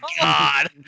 God